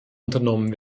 unternommen